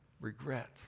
regret